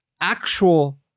Actual